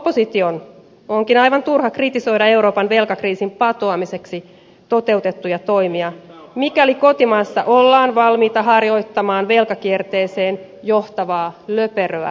opposition onkin aivan turha kritisoida euroopan velkakriisin patoamiseksi toteutettuja toimia mikäli kotimaassa ollaan valmiita harjoittamaan velkakierteeseen johtavaa löperöä talouspolitiikkaa